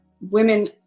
women